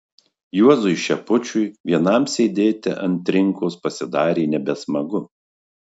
juozui šepučiui vienam sėdėti ant trinkos pasidarė nebesmagu